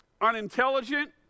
unintelligent